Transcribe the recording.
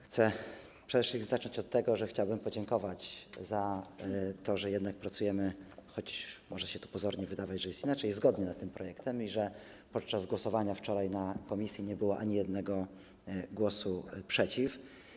Chcę przede wszystkim zacząć od tego, że chciałbym podziękować za to, że jednak pracujemy, choć może się pozornie wydawać, że jest inaczej, zgodnie nad tym projektem i że podczas głosowania wczoraj na posiedzeniu komisji nie było ani jednego głosu przeciw.